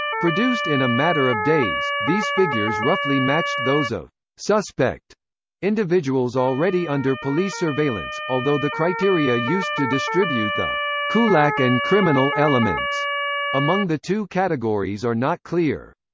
produced in a matter of days, these figures roughly matched those of suspect individuals already under police surveillance, although the criteria used to distribute the kulak and criminal elements among the two categories are not clear.